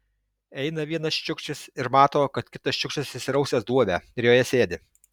eina vienas čiukčis ir mato kad kitas čiukčis išsirausęs duobę ir joje sėdi